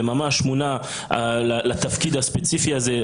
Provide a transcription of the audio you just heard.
וממש מונה לתפקיד הספציפי הזה,